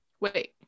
Wait